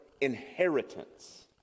inheritance